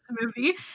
movie